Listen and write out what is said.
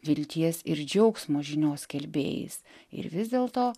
vilties ir džiaugsmo žinios skelbėjais ir vis dėlto